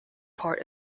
port